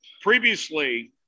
previously